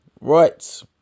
Right